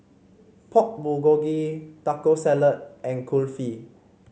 Pork Bulgogi Taco Salad and Kulfi